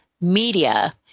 media